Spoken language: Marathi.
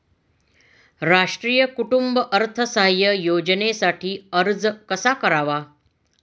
राष्ट्रीय कुटुंब अर्थसहाय्य योजनेसाठी अर्ज कसा करावा?